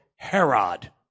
Herod